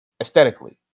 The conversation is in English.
aesthetically